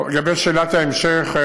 לגבי שאלת ההמשך,